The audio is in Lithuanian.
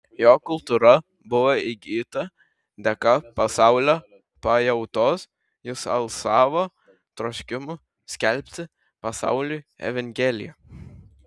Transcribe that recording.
jo kultūra buvo įgyta dėka pasaulio pajautos jis alsavo troškimu skelbti pasauliui evangeliją